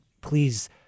please